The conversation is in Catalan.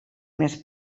més